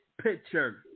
picture